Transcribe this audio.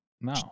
No